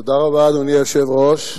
תודה רבה, אדוני היושב-ראש,